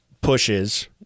pushes